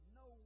no